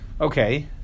okay